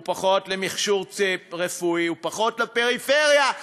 ופחות למכשור רפואי ופחות לפריפריה,